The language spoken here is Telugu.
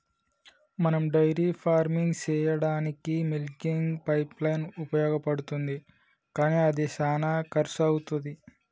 మనం డైరీ ఫార్మింగ్ సెయ్యదానికీ మిల్కింగ్ పైప్లైన్ ఉపయోగించబడుతుంది కానీ అది శానా కర్శు అవుతది